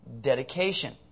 Dedication